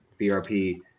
BRP